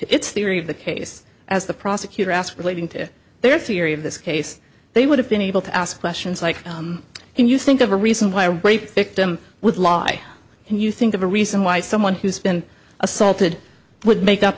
its theory of the case as the prosecutor asked relating to their theory of this case they would have been able to ask questions like can you think of a reason why a rape victim would lie can you think of a reason why someone who's been assaulted would make up